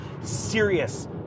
serious